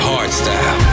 Hardstyle